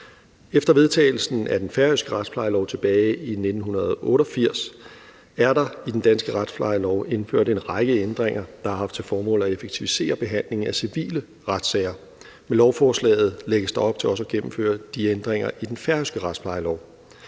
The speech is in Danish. Efter vedtagelsen af den færøske retsplejelov tilbage i 1988 er der i den danske retsplejelov indført en række ændringer, der har haft til formål at effektivisere behandlingen af civile retssager. Med lovforslaget lægges der op til også at gennemføre de ændringer i den færøske retsplejelov.